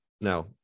Now